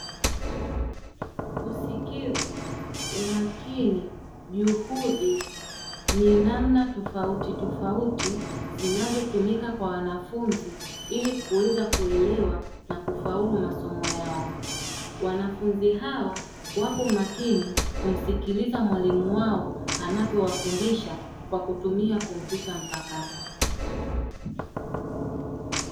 Usikivu umakini juhudi ni namna tofauti tofauti zinazotumika kwa wanafunzi ili kuweza kuelewa na kufaulu masomo yao wanafunzi hawa wapo makini kumsikiliza mwalimu wao anavyowafundisha kwa kutumia kompyuta mpakato.